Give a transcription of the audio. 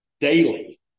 Daily